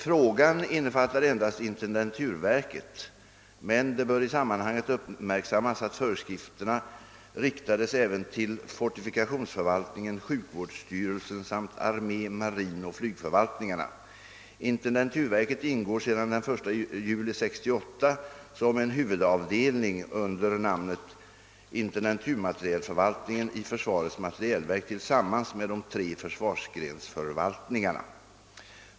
Frågan innefattar endast intendenturverket, men det bör i sammanhanget uppmärksammas att föreskrifterna riktades även till fortifikationsförvaltningen, sjukvårdsstyrelsen samt armé-, marinoch flygförvaltningarna. Intendenturverket ingår sedan den 1 juli 1968 som en huvudavdelning under namnet intendenturmaterielförvaltningen i försvarets materielverk tillsammans med de tre försvarsgrensförvaltningarna.